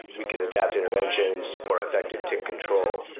we can adapt interventions for effective tick control.